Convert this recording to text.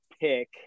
pick